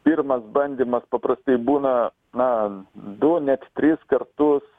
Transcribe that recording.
pirmas bandymas paprastai būna na du net tris kartus